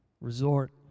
resort